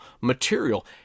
material